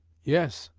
yes,